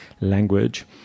Language